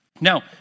Now